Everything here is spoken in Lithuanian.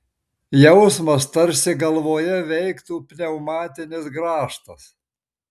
jausmas tarsi galvoje veiktų pneumatinis grąžtas